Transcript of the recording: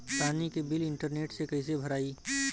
पानी के bill internet से कइसे भराई?